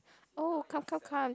oh come come come